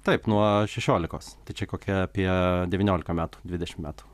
taip nuo šešiolikos tai čia kokia apie devyniolika metų dvidešim metų